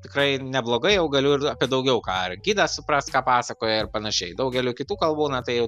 tikrai neblogai jau galiu ir apie daugiau ką ir gidą suprast ką pasakoja ir panašiai daugeliu kitų kalbų na tai jau